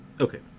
Okay